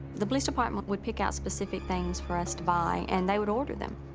the police department would pick out specific things for us to buy and they would order them.